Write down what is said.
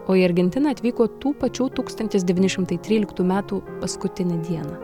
o į argentiną atvyko tų pačių tūkstantis devyni šimtai tryliktų metų paskutinę dieną